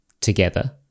together